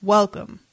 Welcome